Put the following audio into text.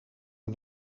een